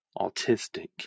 autistic